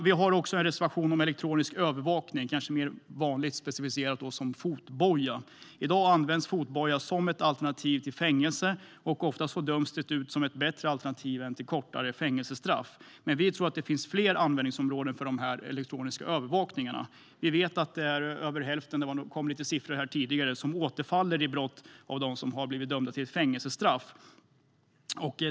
Vi har också en reservation om elektronisk övervakning, kanske mer vanligt specificerat som fotboja. I dag används fotboja som ett alternativ till fängelse, och oftast döms det ut som ett bättre alternativ till kortare fängelsestraff. Men vi tror att det finns fler användningsområden för de elektroniska övervakningarna. Det har kommit siffror tidigare som visar att över hälften återfaller i brott av dem som har blivit dömda till fängelsestraff.